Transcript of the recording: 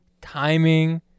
timing